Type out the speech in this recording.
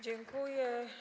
Dziękuję.